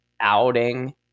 outing